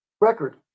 record